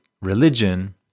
religion